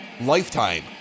lifetime